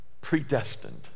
predestined